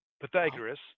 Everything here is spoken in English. Pythagoras